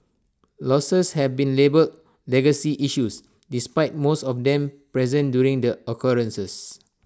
losses have been labelled legacy issues despite most of them present during the occurrences